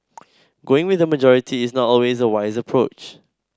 going with the majority is not always a wise approach